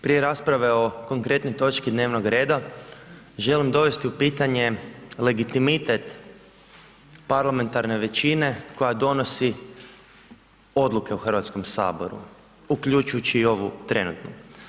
Prije rasprave o konkretnoj točki dnevnog reda, želim dovesti u pitanje legitimitet parlamentarne većine koja donosi odluke u HS, uključujući i ovu trenutnu.